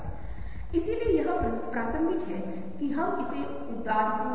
मैंने तुमसे कहा था कि भ्रम जहां हैं जो हम समझते हैं वह सच नहीं है